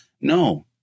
No